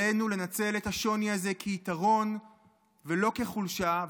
עלינו לנצל את השוני הזה כיתרון ולא כחולשה,